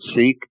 seek